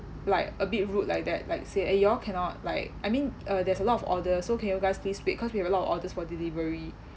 like a bit rude like that like say eh you all cannot like I mean uh there's a lot of orders so can you guys please wait because we have a lot of orders for delivery